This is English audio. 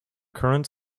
current